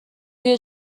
توی